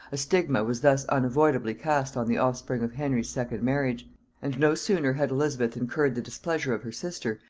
a stigma was thus unavoidably cast on the offspring of henry's second marriage and no sooner had elizabeth incurred the displeasure of her sister,